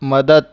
मदत